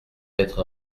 être